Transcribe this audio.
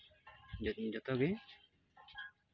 ᱡᱩᱫᱤ ᱡᱚᱛᱚᱜᱮ